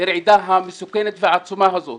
לרעידה המסוכנת והעצומה הזאת.